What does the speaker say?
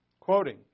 quoting